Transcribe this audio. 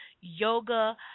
yoga